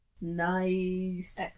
Nice